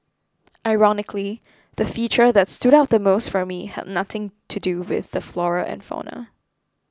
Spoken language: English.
ironically the feature that stood out the most for me had nothing to do with the flora and fauna